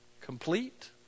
complete